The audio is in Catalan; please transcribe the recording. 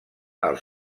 els